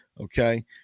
Okay